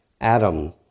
Adam